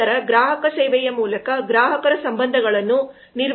ನಂತರ ಗ್ರಾಹಕ ಸೇವೆಯ ಮೂಲಕ ಗ್ರಾಹಕರ ಸಂಬಂಧಗಳನ್ನು ನಿರ್ವಹಿಸಲು ಬರುತ್ತಿದೆ